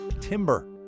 timber